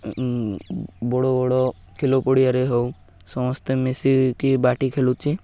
ବଡ଼ ବଡ଼ ଖେଳ ପଡ଼ିଆରେ ହଉ ସମସ୍ତେ ମିଶିକି ବାଟି ଖେଳୁଛି